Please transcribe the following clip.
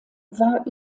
war